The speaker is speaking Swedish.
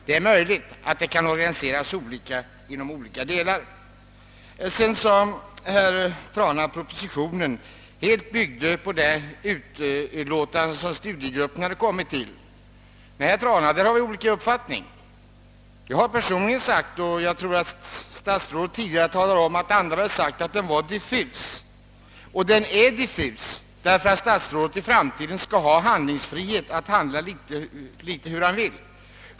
Det är möjligt att en verksamhet kan organiseras olika i olika länder. Sedan sade herr Trana att propositionen helt byggde på det utlåtande som studiegruppen lagt fram, men därvidlag har vi helt olika uppfattningar. Jag har personligen sagt — och jag vill minnas att statsrådet tidigare nämnt att andra framhållit samma sak — att propositionen är diffus. Och det är den därför att statsrådet i framtiden skall ha frihet att handla som han vill.